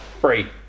Free